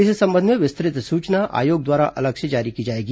इस संबंध में विस्तृत सूचना आयोग द्वारा अलग से जारी की जाएगी